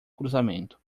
cruzamento